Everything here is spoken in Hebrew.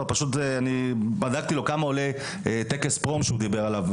פשוט אני בדקתי לו כמה עולה טקס ה"פרום" שהוא דיבר עליו,